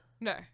No